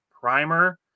primer